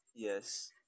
Yes